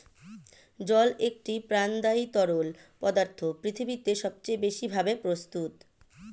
জল একটি প্রাণদায়ী তরল পদার্থ পৃথিবীতে সবচেয়ে বেশি ভাবে প্রস্তুত